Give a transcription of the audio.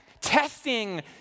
Testing